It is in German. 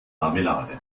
marmelade